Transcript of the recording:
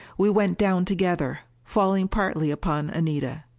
we went down together, falling partly upon anita.